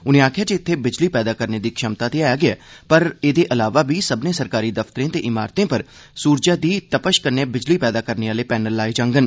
उनें गलाया जे इत्थे बिजली पैदा करने दी छमता ते ऐ गै पर एह्दे इलावा बी सब्मनें सरकारी दफतरें ते ईमारतें पर सूरजै दी तपश कन्नै बिजली पैदा करने आले पैनल लाए जांडन